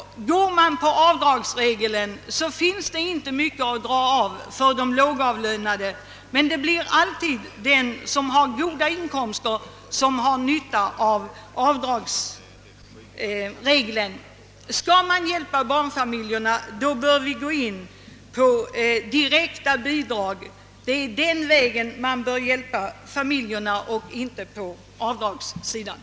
Om avdragsregler skall tillämpas av den som har låg avlöning så finns det inte mycket. att dra av på: Det blir alltid de som har goda inkomster som kan dra fördel av avdragsregler. Skall man hjälpa barnfamiljerna, bör man gå in för direkta bidrag. Genom åtgärder på avdragssidan hjälper man inte barnfamiljerna.